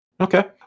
Okay